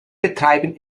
betreiben